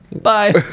bye